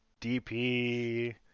DP